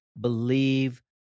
believe